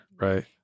Right